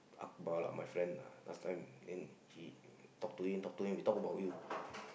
Akbar lah my friend last time then he talk to him talk to him we talk about you